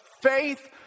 faith